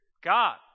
God